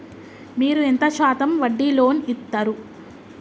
మీరు ఎంత శాతం వడ్డీ లోన్ ఇత్తరు?